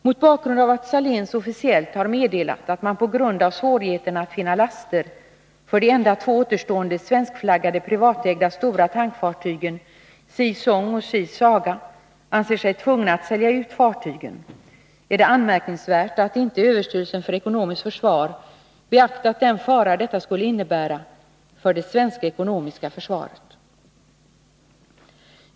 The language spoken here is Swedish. Mot bakgrund av att Saléns officiellt har meddelat att man på grund av svårigheterna att finna laster för de enda två återstående svenskflaggade privatägda stora tankfartygen Sea Song och Sea Saga anser sig tvungen att sälja ut fartygen är det anmärkningsvärt att inte överstyrelsen för ekonomiskt försvar beaktat den fara detta skulle innebära för det svenska ekonomiska försvaret.